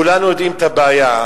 כולנו יודעים את הבעיה.